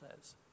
says